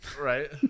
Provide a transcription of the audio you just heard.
Right